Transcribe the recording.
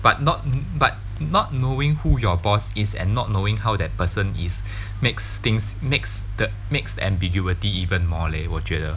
but not but not knowing who your boss is and not knowing how that person is makes things makes the makes the ambiguity even more leh 我觉得